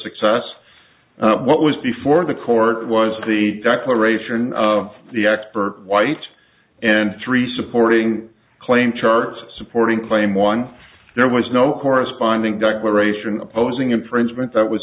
success what was before the court was the declaration of the act for white and three supporting claims chart supporting claim one there was no corresponding declaration opposing infringement that was